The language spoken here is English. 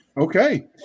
Okay